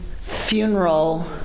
funeral